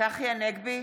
צחי הנגבי,